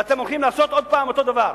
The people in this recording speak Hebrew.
ואתם הולכים לעשות עוד פעם אותו דבר.